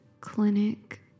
Clinic